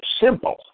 simple